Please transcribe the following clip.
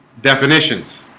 definitions